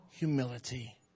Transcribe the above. Humility